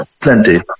Plenty